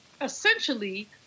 essentially